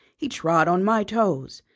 he trod on my toes.